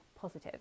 positive